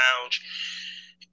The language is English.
lounge